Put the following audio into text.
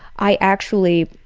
i actually,